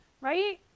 right